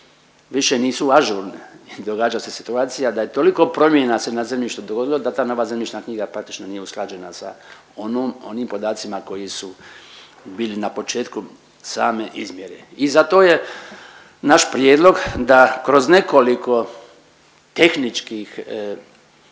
više nisu ažurni. Događa se situacija da je toliko promjena se na zemljištu dogodilo da ta nova zemljišna knjiga praktično nije usklađena sa onim podacima koji su bili na početku same izmjere. I za to je naš prijedlog da kroz nekoliko tehničkih